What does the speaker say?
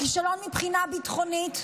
כישלון מבחינה ביטחונית.